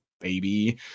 baby